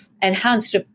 enhanced